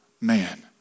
man